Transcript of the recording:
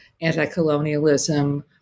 anti-colonialism